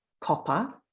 copper